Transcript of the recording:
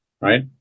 right